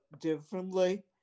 differently